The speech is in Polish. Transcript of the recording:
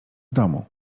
domu